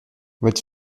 votre